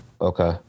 okay